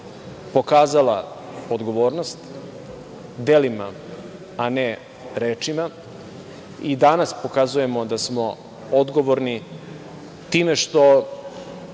pokazala odgovornost delima, a ne rečima i danas pokazujemo da smo odgovorni time što